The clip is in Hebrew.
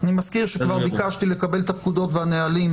אני מזכיר שכבר ביקשתי לקבל את הפקודות והנהלים,